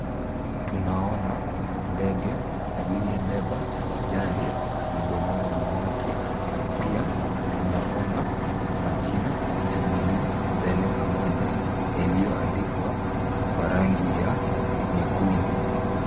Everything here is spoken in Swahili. Tunaona ndege aliyebeba jani mdomoni mwake. Pia tunaona majina Jubilee mbele pamoja yaliyoandikwa kwa rangi ya nyekundu.